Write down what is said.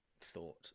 thought